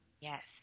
Yes